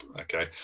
okay